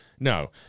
No